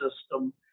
system